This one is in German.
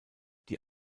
die